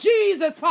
Jesus